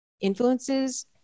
influences